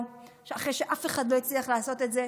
אחרי שאף אחד לא הצליח לעשות את זה,